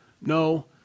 No